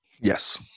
Yes